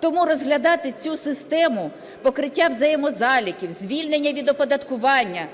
Тому розглядати цю систему проведення взаємозаліків, звільнення від оподаткування